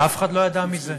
ואף אחד לא ידע מזה.